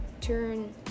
turn